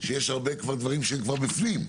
שיש הרבה דברים שהם כבר בפנים,